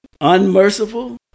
unmerciful